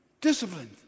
discipline